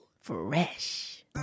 Fresh